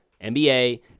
NBA